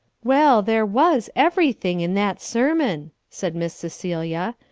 well, there was everything in that sermon, said miss cecilia.